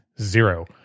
Zero